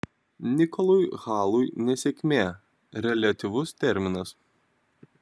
nikolui halui nesėkmė reliatyvus terminas